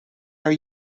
are